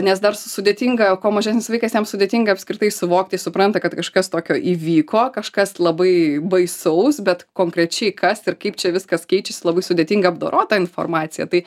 nes dar sudėtinga kuo mažesnis vaikas jam sudėtinga apskritai suvokti jis supranta kad kažkas tokio įvyko kažkas labai baisaus bet konkrečiai kas ir kaip čia viskas keičiasi labai sudėtinga apdorot tą informaciją tai